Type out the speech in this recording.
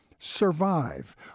Survive